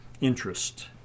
interest